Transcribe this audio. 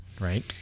right